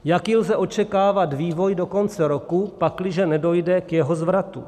Jaký lze očekávat vývoj do konce roku, pakliže nedojde k jeho zvratu?